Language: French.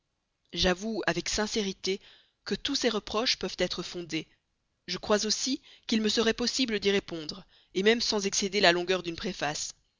j'avoue avec sincérité que tous ces reproches peuvent être fondés je crois aussi qu'il me serait possible d'y répondre même sans excéder la longueur d'une préface